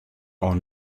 are